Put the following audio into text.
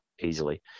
easily